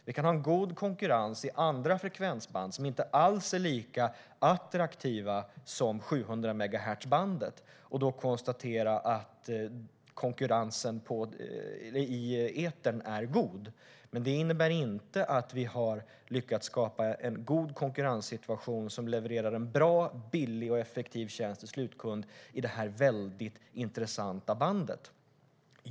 Det kan vara god konkurrens i andra frekvensband som inte alls är lika attraktiva som 700-megahertzbandet, och om man då säger att konkurrensen i etern är god innebär det inte att vi har lyckats skapa en god konkurrenssituation som levererar en bra, billig och effektiv tjänst till slutkund i detta väldigt intressanta band.